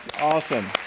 awesome